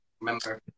remember